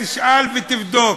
תשאל ותבדוק.